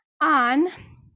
on